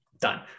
Done